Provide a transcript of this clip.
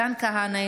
מתן כהנא,